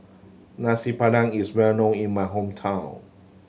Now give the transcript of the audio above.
Nasi Padang is well known in my hometown